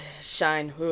shine